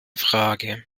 frage